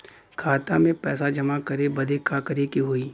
खाता मे पैसा जमा करे बदे का करे के होई?